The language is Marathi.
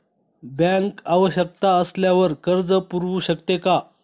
बँक आवश्यकता असल्यावर कर्ज पुरवू शकते का?